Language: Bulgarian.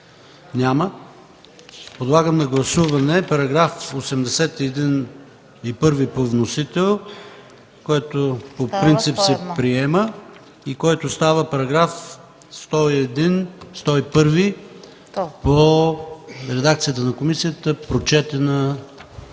Няма. Подлагам на гласуване § 81 по вносител, който по принцип се приема и става § 101 по редакцията на комисията, прочетена